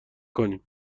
کنیم